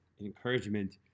encouragement